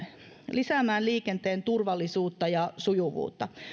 lisäämään liikenteen turvallisuutta ja sujuvuutta